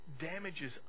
damages